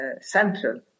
central